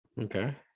Okay